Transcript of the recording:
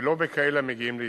ולא בכאלה המגיעים לישראל.